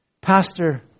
Pastor